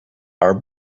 are